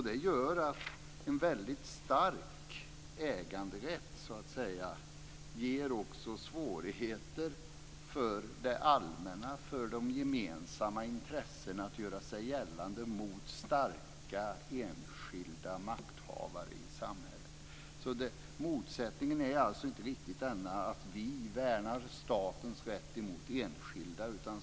Detta gör att en väldigt stark äganderätt också ger svårigheter för det allmänna och för de gemensamma intressena att göra sig gällande mot starka enskilda makthavare i samhället. Motsättningen gäller alltså inte riktigt att vi värnar statens rätt emot enskilda.